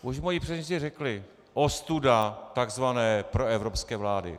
Už moji předřečníci řekli ostuda takzvané proevropské vlády.